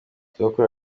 sogokuru